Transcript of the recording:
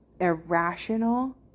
irrational